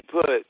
put